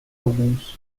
alguns